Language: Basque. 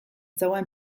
zegoen